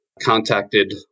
Contacted